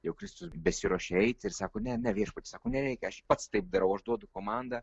jau kristus besiruošia eit ir sako ne ne viešpats sako nereikia aš pats taip darau aš duodu komandą